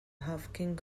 هاوکینگ